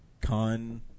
con